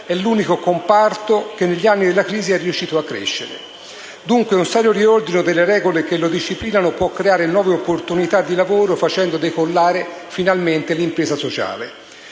è l'unico comparto che negli anni della crisi è riuscito a crescere. Dunque, un serio riordino delle regole che lo disciplinano può creare nuove opportunità di lavoro, facendo finalmente decollare l'impresa sociale.